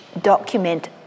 document